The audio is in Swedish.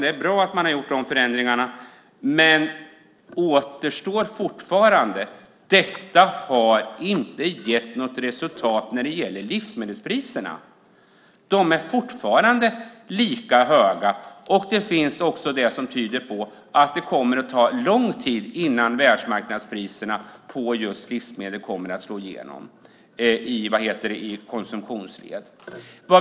Det är bra att man har gjort förändringar i plan och bygglagen, men detta har fortfarande inte gett något resultat när det gäller livsmedelspriserna. De är fortfarande lika höga, och det finns en del som tyder på att det kommer att ta lång tid innan världsmarknadspriserna på livsmedel kommer att slå igenom i konsumtionsledet.